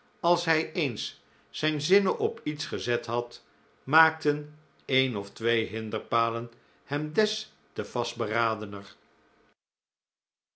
als hij eens zijn zinnen op iets gezet had maakten een of twee hinderpalen hem des te vastberadener